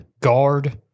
guard